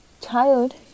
child